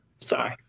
Sorry